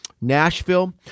Nashville